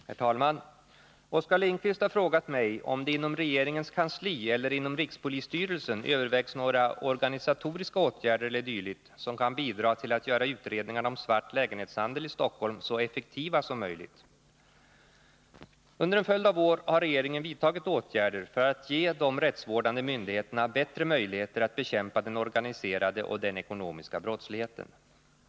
Herr talman! Oskar Lindkvist har frågat mig om det inom regeringens kansli eller inom rikspolisstyrelsen överävgs några organisatoriska åtgärder e. d. som kan bidra till att göra utredningarna om svart lägenhetshandel i Stockholm så effektiva som möjligt. Under en följd av år har regeringen vidtagit åtgärder för att ge de rättsvårdande myndigheterna bättre möjligheter att bekämpa den organiserade och den ekonomiska brottsligheten.